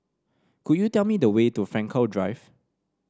could you tell me the way to Frankel Drive